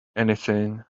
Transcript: anything